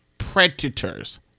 predators